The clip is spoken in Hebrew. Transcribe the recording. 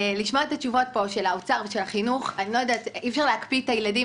לשמוע את התשובות של האוצר והחינוך אי אפשר להקפיא את הילדים,